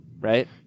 right